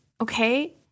okay